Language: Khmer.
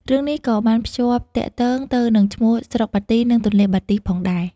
រឿងនេះក៏បានភ្ជាប់ទាក់ទងទៅនឹងឈ្មោះស្រុកបាទី និងទន្លេបាទីផងដែរ។